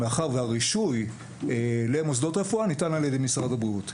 מאחר והרישוי למוסדות רפואה ניתן על ידי משרד הבריאות,